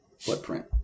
footprint